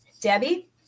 Debbie